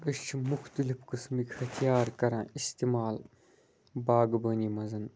أسۍ چھِ مختلف قٕسمٕکۍ ۂتھیار کَران استعمال باغبٲنی منٛز